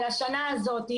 על השנה הזאת,